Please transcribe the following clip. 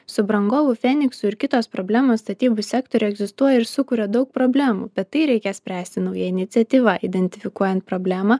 subrangovų feniksų ir kitos problemos statybų sektoriuje egzistuoja ir sukuria daug problemų bet tai reikia spręsti nauja iniciatyva identifikuojant problemą